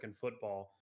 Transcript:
football